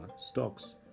stocks